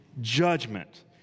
judgment